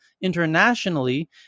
internationally